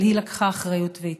אבל היא לקחת אחריות והתפטרה.